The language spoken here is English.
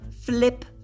flip